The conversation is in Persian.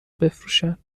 بفروشن